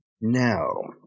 No